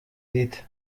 dit